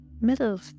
middle